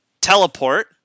teleport